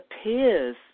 appears